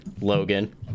Logan